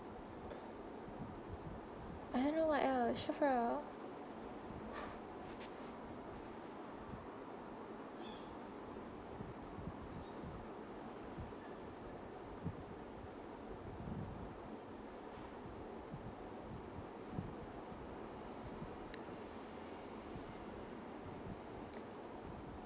I don't know what else